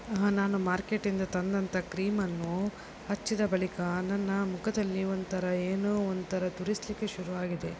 ನಾನು ಮಾರ್ಕೆಟಿಂದ ತಂದಂಥ ಕ್ರೀಮನ್ನು ಹಚ್ಚಿದ ಬಳಿಕ ನನ್ನ ಮುಖದಲ್ಲಿ ಒಂಥರ ಏನೋ ಒಂಥರ ತುರಿಸಲಿಕ್ಕೆ ಶುರುವಾಗಿದೆ